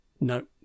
no